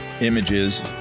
images